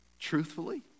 Truthfully